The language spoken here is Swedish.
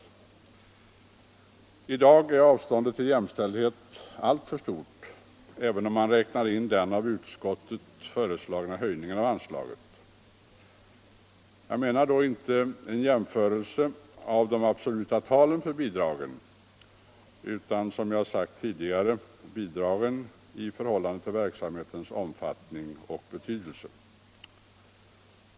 I dag är avståndet till jämställdhet alltför stort, även om man räknar in den av utskottet föreslagna höjningen av anslaget. Jag avser då inte en jämförelse av de absoluta talen för bidragen utan, som jag sagt tidigare. av bidragen i förhållande till verksamhetens omfattning och betydelse.